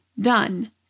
Done